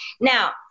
now